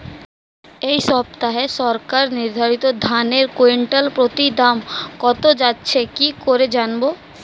এই সপ্তাহে সরকার নির্ধারিত ধানের কুইন্টাল প্রতি দাম কত যাচ্ছে কি করে জানবো?